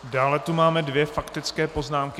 Dále tu máme dvě faktické poznámky.